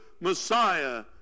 Messiah